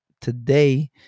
today